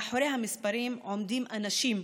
מאחורי המספרים עומדים אנשים,